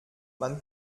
man